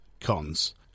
Cons